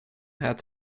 had